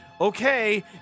okay